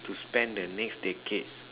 to spend the decade